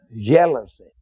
Jealousy